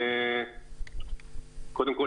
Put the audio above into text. קודם כול,